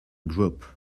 group